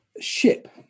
ship